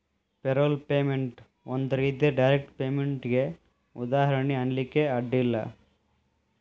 payroll payment ಒಂದ್ ರೇತಿ direct ಪೇಮೆನ್ಟಿಗೆ ಉದಾಹರ್ಣಿ ಅನ್ಲಿಕ್ಕೆ ಅಡ್ಡ ಇಲ್ಲ